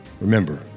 Remember